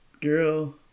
Girl